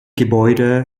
gebäude